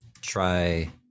try